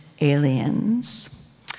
aliens